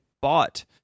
bought